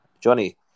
Johnny